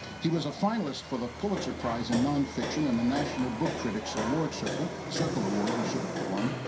he was a finalist for the pulitzer prize in nonfiction in the national book critics award circle circle award he should have won.